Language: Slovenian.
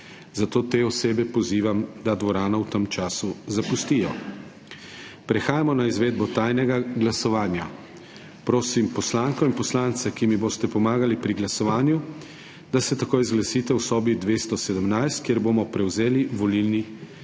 zato te osebe pozivam, da dvorano v tem času zapustijo. Prehajamo na izvedbo tajnega glasovanja. Prosim poslanko in poslance, ki mi boste pomagali pri glasovanju, da se takoj zglasite v sobi 217, kjer bomo prevzeli volilni